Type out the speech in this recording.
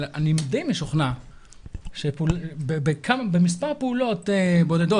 אבל אני די משוכנע שבמספר פעולות בודדות,